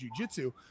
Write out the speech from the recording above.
jujitsu